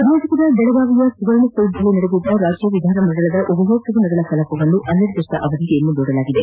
ಕರ್ನಾಟಕದ ಬೆಳಗಾವಿಯ ಸುವರ್ಣಸೌಧದಲ್ಲಿ ನಡೆದಿದ್ದ ರಾಜ್ಯ ವಿಧಾನಮಂಡಲದ ಉಭಯ ಸದನಗಳ ಕೆಲಾಪವನ್ನು ಅನಿರ್ದಿಷ್ಟಾವಧಿಗೆ ಮುಂದೂಡಲಾಗಿದೆ